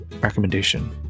recommendation